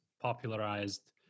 popularized